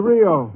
Rio